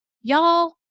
Y'all